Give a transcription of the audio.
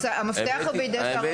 המפתח הוא בידי שר האוצר.